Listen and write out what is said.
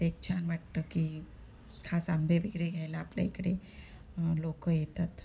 एक छान वाटतं की खास आंबे वगैरे घ्यायला आपल्या इकडे लोक येतात